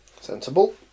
Sensible